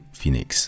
Phoenix